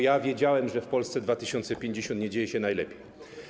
Ja wiedziałem, że w Polsce 2050 nie dzieje się najlepiej.